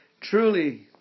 Truly